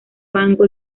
banco